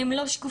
הם לא שקופים.